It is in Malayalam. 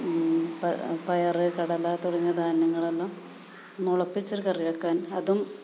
പയർ കടല തുടങ്ങിയ ധാന്യങ്ങളൊന്നും മുളപ്പിച്ച് കറി വെക്കാൻ അതും